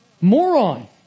moron